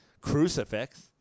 crucifix